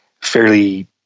fairly